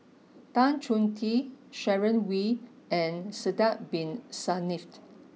Tan Chong Tee Sharon Wee and Sidek Bin Saniff